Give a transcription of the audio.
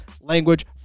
language